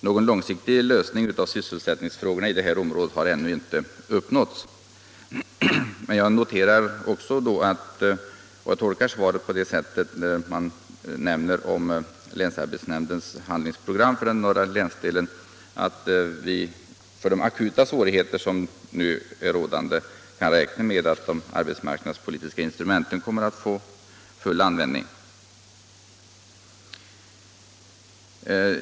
Någon långsiktig lösning på sysselsättningsproblemen i området har ännu inte uppnåtts, men jag tolkar svaret så att länsarbetsnämndens handlingsprogram för den norra länsdelen gör att vi för de akuta svårigheterna kan räkna med att de arbetsmarknadspolitiska instrumenten kommer till full användning.